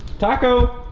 taco,